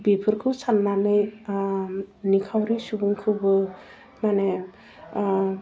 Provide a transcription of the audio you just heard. बेफोरखौ सान्नानै निखावरि सुबुंखौबो माने